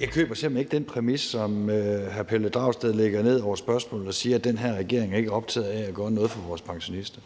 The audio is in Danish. Jeg køber simpelt hen ikke den præmis, som hr. Pelle Dragsted lægger ned over spørgsmålet og siger, at den her regering ikke er optaget af at gøre noget for vores pensionister.